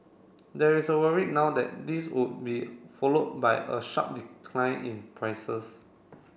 there is a worry now that this would be followed by a sharp decline in prices